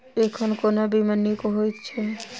एखन कोना बीमा नीक हएत छै?